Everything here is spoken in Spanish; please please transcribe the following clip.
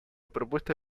propuesta